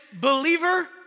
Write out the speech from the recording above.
believer